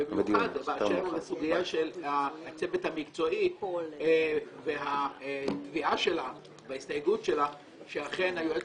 ובמיוחד באשר לסוגיה של הצוות המקצועי והתביעה שלה בהסתייגות שלה שהיועץ